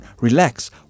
relax